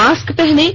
mask पहनें